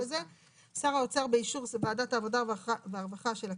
(ב)שר האוצר באישור ועדת העבודה והרווחה של הכנסת,